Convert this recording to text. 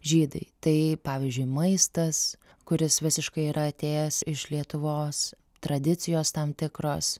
žydai tai pavyzdžiui maistas kuris visiškai yra atėjęs iš lietuvos tradicijos tam tikros